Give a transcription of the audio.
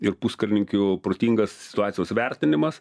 ir puskarininkių protingas situacijos vertinimas